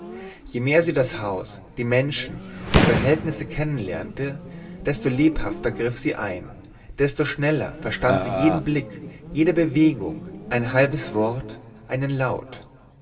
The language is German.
je mehr sie das haus die menschen die verhältnisse kennenlernte desto lebhafter griff sie ein desto schneller verstand sie jeden blick jede bewegung ein halbes wort einen laut